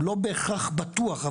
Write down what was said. לא בהכרח בטוח,